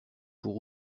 pour